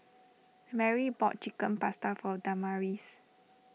Merrie bought Chicken Pasta for Damaris